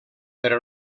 però